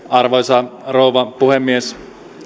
arvoisa rouva puhemies